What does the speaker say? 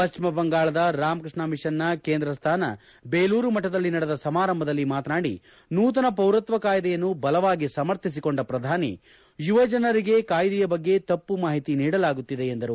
ಪಶ್ಚಿಮ ಬಂಗಾಳದ ರಾಮಕೃಷ್ಣ ಮಿಷನ್ ನ ಕೇಂದ್ರ ಸ್ಥಾನ ಬೇಲೂರು ಮಠದಲ್ಲಿ ನಡೆದ ಸಮಾರಂಭದಲ್ಲಿ ಮಾತನಾಡಿ ನೂತನ ಪೌರತ್ವ ಕಾಯಿದೆಯನ್ನು ಬಲವಾಗಿ ಸಮರ್ಥಿಸಿಕೊಂಡ ಪ್ರಧಾನಿ ಯುವಜನರಿಗೆ ಕಾಯಿದೆಯ ಬಗ್ಗೆ ತಪ್ಪು ಮಾಹಿತಿ ನೀಡಲಾಗುತ್ತಿದೆ ಎಂದರು